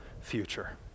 future